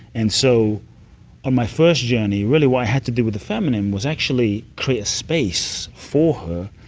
and so on my first journey, really what i had to do with the feminine was actually create a space for her,